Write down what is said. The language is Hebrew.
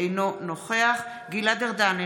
אינו נוכח גלעד ארדן,